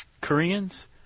Koreans